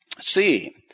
See